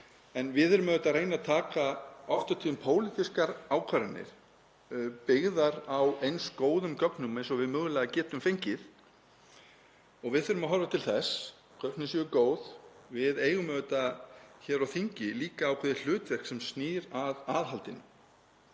En við erum auðvitað að reyna að taka oft og tíðum pólitískar ákvarðanir, byggðar á eins góðum gögnum og við mögulega getum fengið. Við þurfum að horfa til þess að gögnin séu góð. Við höfum auðvitað hér á þingi líka ákveðið hlutverk sem snýr að aðhaldinu,